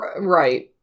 Right